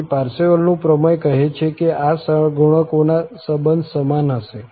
તેથી પારસેવલનું પ્રમેય કહે છે કે આ સહગુણકોના આ સંબંધ સમાન હશે